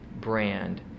brand